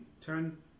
turn